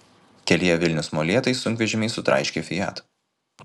kelyje vilnius molėtai sunkvežimiai sutraiškė fiat